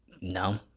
no